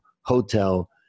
Hotel